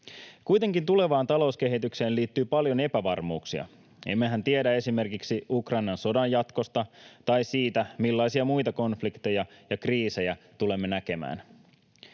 Kuitenkin tulevaan talouskehitykseen liittyy paljon epävarmuuksia — emmehän tiedä esimerkiksi Ukrainan sodan jatkosta tai siitä, millaisia muita konflikteja ja kriisejä tulemme näkemään.